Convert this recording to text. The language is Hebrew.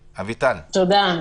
תודה.